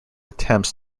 attempts